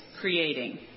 creating